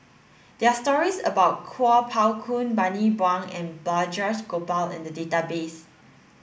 there are stories about Kuo Pao Kun Bani Buang and Balraj Gopal in the database